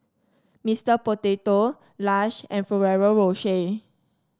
Mister Potato Lush and Ferrero Rocher